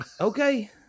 okay